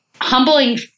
humbling